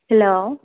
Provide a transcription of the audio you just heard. hello